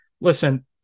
listen